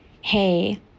hey